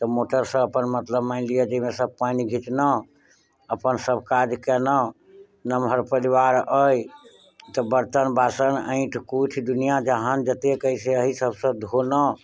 motor सऽ अपन मतलब मानि लिअ जे एहिमे सऽ पानि घिचलहुॅं अपन सब काज कयलहुॅं नमहर परिवार अछि तऽ बरतन बासन ऐंठ कूठ दुनिऑं जहान जतेक अछि एहि सब सऽ धोलहुॅं